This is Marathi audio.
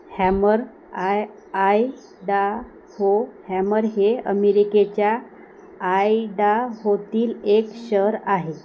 हॅमर आय आयडाहो हॅमर हे अमेरिकेच्या आयडाहोतील एक शहर आहे